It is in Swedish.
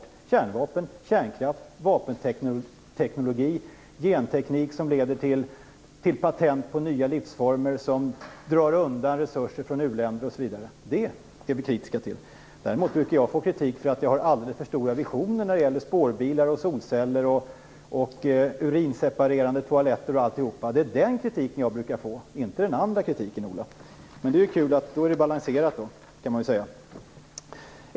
Det handlar om kärnvapen, kärnkraft, vapenteknologi, genteknik som leder till patent på nya livsformer som drar undan resurser från u-länder osv. Det är vi kritiska till. Däremot brukar jag få kritik för att jag har alldeles för stora visioner när det gäller spårbilar, solceller, urinseparerande toaletter och sådant. Det är den kritik jag brukar få, inte den andra kritiken, Ola Ström. Men då är det ju kul att detta blir balanserat, kan man säga.